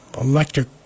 electric